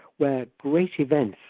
where great events,